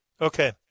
Okay